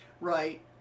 Right